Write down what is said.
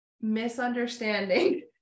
Misunderstanding